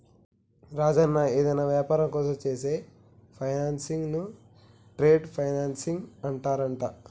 రాజన్న ఏదైనా వ్యాపారం కోసం చేసే ఫైనాన్సింగ్ ను ట్రేడ్ ఫైనాన్సింగ్ అంటారంట